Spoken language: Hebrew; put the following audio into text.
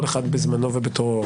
כל אחד בזמנו ובתורו,